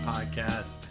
Podcast